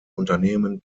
unternehmen